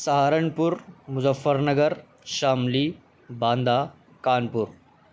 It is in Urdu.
سہارنپور مظفر نگر شاملی باندہ کانپور